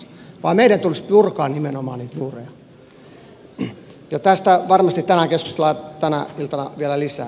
meidän tulisi purkaa nimenomaan niitä muureja ja tästä varmasti keskustellaan tänä iltana vielä lisää